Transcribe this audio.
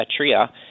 Atria